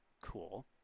cool